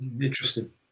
Interesting